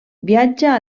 viatja